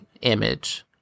image